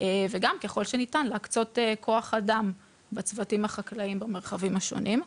וגם ככל שניתן להקצות כוח אדם בצוותים החקלאיים במרחבים השונים.